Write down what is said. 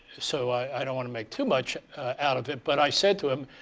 so i don't want to make to much out of it. but i said to him,